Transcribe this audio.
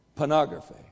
Pornography